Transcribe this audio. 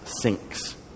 sinks